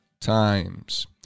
times